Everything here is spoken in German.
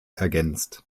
ergänzt